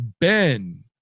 Ben